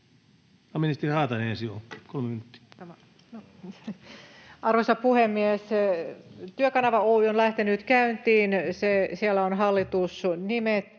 Arvoisa puhemies! Työkanava Oy on lähtenyt käyntiin, siellä on hallitus nimetty